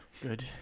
Good